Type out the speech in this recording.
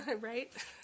right